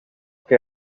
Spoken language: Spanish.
que